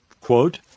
quote